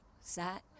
sat